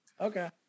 Okay